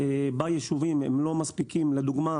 ביישובים לא מספיקות, לדוגמה